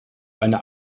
einer